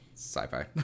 sci-fi